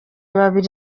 babiri